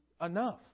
enough